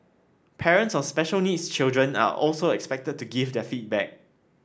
parents of special needs children are also expected to give their feedback